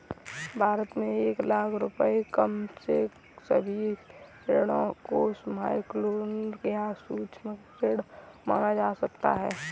भारत में एक लाख रुपए से कम के सभी ऋणों को माइक्रोलोन या सूक्ष्म ऋण माना जा सकता है